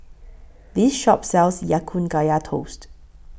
This Shop sells Ya Kun Kaya Toast